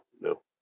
no